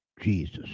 Jesus